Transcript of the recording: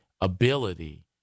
ability